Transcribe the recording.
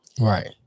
Right